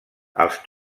els